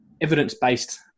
evidence-based